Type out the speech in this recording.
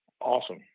Awesome